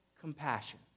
compassion